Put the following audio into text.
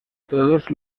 todos